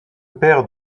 père